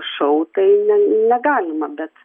šou tai ne negalima bet